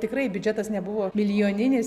tikrai biudžetas nebuvo milijoninis